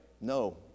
No